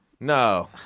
No